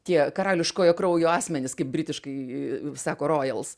tie karališkojo kraujo asmenys kaip britiškai sako rojals